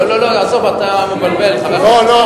לא לא לא, עזוב, אתה מבלבל, חבר הכנסת חסון.